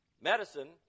Medicine